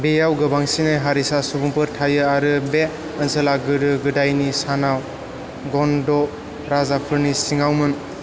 बेयाव गोबांसिनै हारिसा सुबुंफोर थायो आरो बे ओनसोला गोदो गोदायनि सानाव गन्ड' राजाफोरनि सिङावमोन